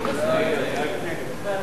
ההצעה שלא לכלול את הנושא